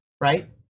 Right